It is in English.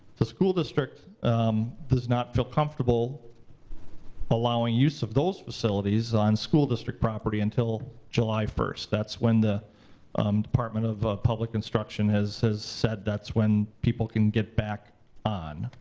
school district does not feel comfortable allowing use of those facilities on school district property until july first, that's when the um department of public instruction has has said that's when people can get back on,